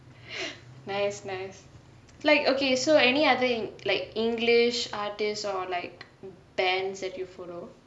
nice nice like okay so any other english artiste or like bands that you follow